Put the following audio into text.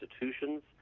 institutions